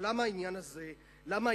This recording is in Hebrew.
למה העניין הזה קורה?